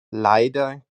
leider